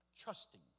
trusting